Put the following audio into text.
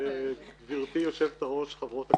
גברתי יושבת-הראש, חברות הכנסת,